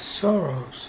sorrows